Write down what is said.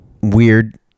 weird